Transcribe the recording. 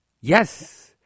Yes